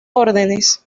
órdenes